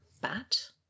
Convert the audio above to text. bat